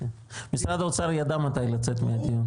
משרד האוצר ידע מתי לצאת מהחדר.